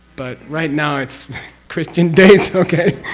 but right now it's christian days. okay?